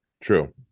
True